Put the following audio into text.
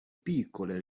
piccole